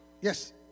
Yes